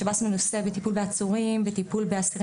שב"ס מנוסה בטיפול בעצורים וטיפול באסירים